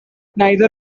neither